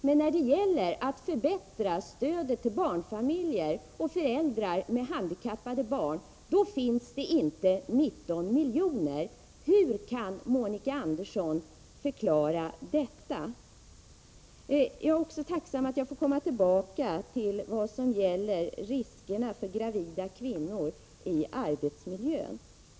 Men när det gäller att förbättra stödet till barnfamiljer och föräldrar med handikappade barn finns det inte 19 milj.kr. Hur kan Monica Andersson förklara detta? Jag är tacksam för att jag fick möjlighet att komma tillbaka till riskerna i arbetsmiljön för gravida kvinnor.